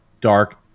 dark